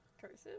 Cursive